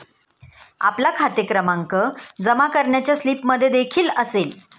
आपला खाते क्रमांक जमा करण्याच्या स्लिपमध्येदेखील असेल